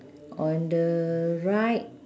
on the right